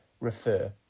refer